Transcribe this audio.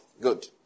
good